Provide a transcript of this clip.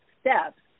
steps